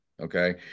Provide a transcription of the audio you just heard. okay